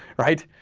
right,